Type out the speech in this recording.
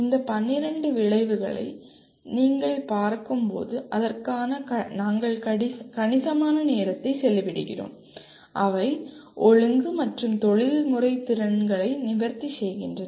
இந்த 12 விளைவுகளை நீங்கள் பார்க்கும்போது அதற்காக நாங்கள் கணிசமான நேரத்தை செலவிடுகிறோம் அவை ஒழுங்கு மற்றும் தொழில்முறை திறன்களை நிவர்த்தி செய்கின்றன